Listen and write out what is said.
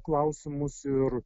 klausimus ir